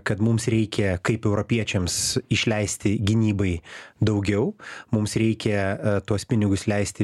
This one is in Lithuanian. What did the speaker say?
kad mums reikia kaip europiečiams išleisti gynybai daugiau mums reikia tuos pinigus leisti